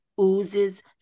oozes